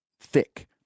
thick